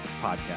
podcast